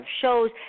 shows